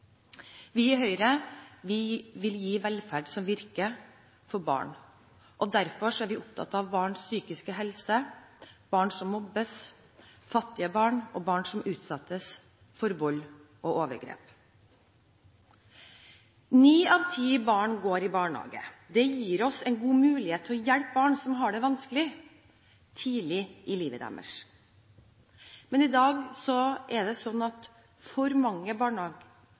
Vi i Høyre vil gi velferd som virker for barn, og derfor er vi opptatt av barns psykiske helse, barn som mobbes, fattige barn og barn som utsettes for vold og overgrep. Ni av ti barn går i barnehage. Det gir oss en god mulighet til å hjelpe barn som har det vanskelig – tidlig i livet deres. Men i dag er det sånn at for mange